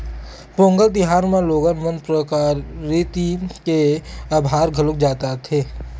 पोंगल तिहार म लोगन मन प्रकरिति के अभार घलोक जताथे